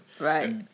right